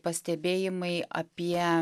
pastebėjimai apie